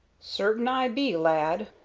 certain i be, lad,